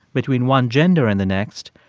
between one gender and the next,